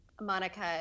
Monica